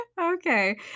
Okay